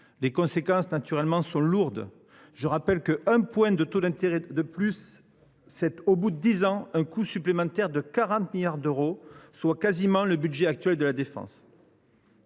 Les conséquences sont naturellement lourdes. Je rappelle qu’un point de taux d’intérêt de plus représente, au bout de dix ans, un coût supplémentaire de 40 milliards d’euros, soit peu ou prou le budget actuel de la défense.